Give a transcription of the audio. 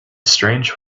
strange